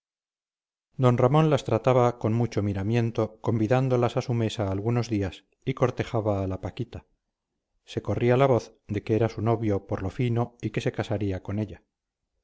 d ramón las trataba con mucho miramiento convidándolas a su mesa algunos días y cortejaba a la paquita se corría la voz de que era su novio por lo fino y que se casaría con ella